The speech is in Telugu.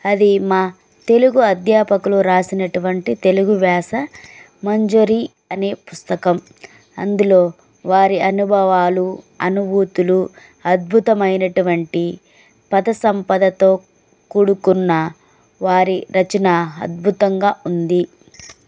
అది మా తెలుగు అధ్యాపకులు రాసినటువంటి తెలుగు వ్యాస మంజరి అనే పుస్తకం అందులో వారి అనుభవాలు అనుభూతులు అద్భుతమైనటువంటి పద సంపదతో కొడుకున్న వారి రచన అద్భుతంగా ఉంది